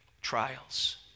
trials